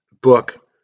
book